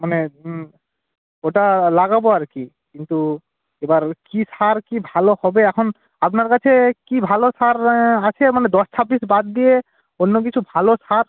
মানে ওটা লাগাব আর কি কিন্তু এবার কি সার কি ভালো হবে এখন আপনার কাছে কি ভালো সার আছে মানে দশ ছাব্বিশ বাদ দিয়ে অন্য কিছু ভালো সার